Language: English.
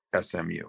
smu